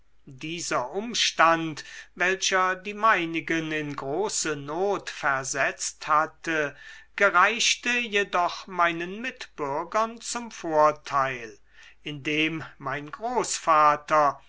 dieser umstand welcher die meinigen in große not versetzt hatte gereichte jedoch meinen mitbürgern zum vorteil indem mein großvater